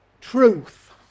Truth